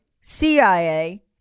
CIA